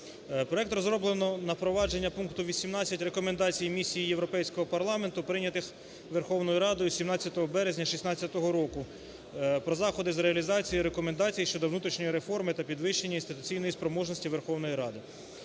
Проект розроблено на провадження пункту 18 рекомендацій Місії Європейського парламенту, прийнятих Верховною Радою 17 березня 2016 року "Про заходи з реалізації і рекомендацій щодо внутрішньої реформи та підвищення інституційної спроможності Верховної Ради".